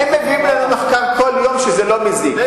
הם מביאים לנו כל יום מחקר שזה לא מזיק.